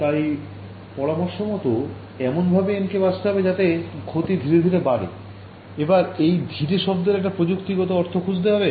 তাই পরামর্শ মত এমনভাবে n কে বাছতে হবে যাতে ক্ষতি ধীরে ধীরে বাড়ে এবার এই ধীরে শব্দের একটা প্রযুক্তিগত অর্থ খুজতে হবে